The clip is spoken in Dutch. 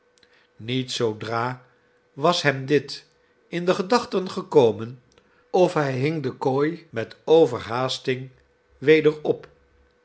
niet zoodra was hem dit in de gedachten gekomen of hij hing de kooi met overhaasting weder op